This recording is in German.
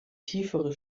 tiefere